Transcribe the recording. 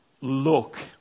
look